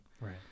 Right